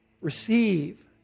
receive